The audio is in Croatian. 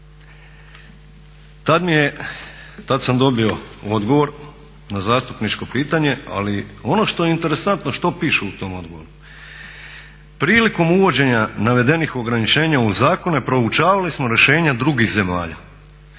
tad sam dobio odgovor na zastupničko pitanje, ali ono što je interesantno što piše u tom odgovoru. Prilikom uvođenja navedenih ograničenja u zakone proučavali smo rješenja drugih zemalja,